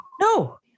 No